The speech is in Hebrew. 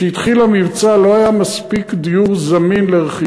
אבל לא פחות חשוב זה שכשהתחיל המבצע לא היה מספיק דיור זמין לרכישה,